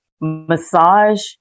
Massage